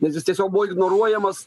nes jis tiesiog buvo ignoruojamas